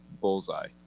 bullseye